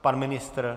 Pan ministr?